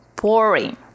boring